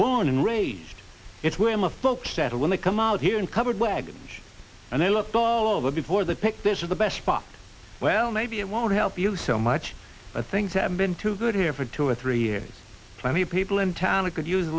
born and raised it when the folks at it when they come out here in covered wagons and they looked all over before they picked this is the best spot well maybe it won't help you so much but things have been too good here for two or three years plenty of people in town i could use a